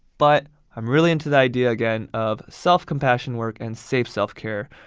but i'm really into the idea again of self-compassion, work and safe self-care,